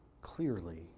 clearly